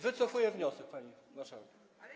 Wycofuję wniosek, pani marszałek.